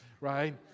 right